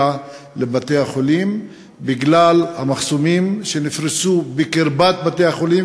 לבתי-החולים בגלל המחסומים שנפרסו בקרבת בתי-החולים,